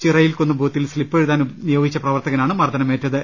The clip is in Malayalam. ചിറയിൽകുന്ന് ബൂത്തിൽ സ്ലിപ്പ് എഴുതാൻ നിയോഗിച്ച പ്രവർത്തകനാണ് മർദ്ദനമേറ്റത്